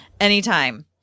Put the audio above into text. anytime